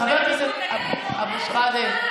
חבר הכנסת סמי אבו שחאדה.